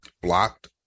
blocked